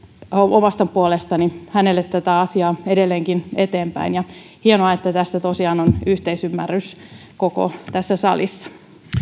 omasta puolestani hänelle tätä asiaa edelleenkin eteenpäin hienoa että tästä tosiaan on yhteisymmärrys koko tässä salissa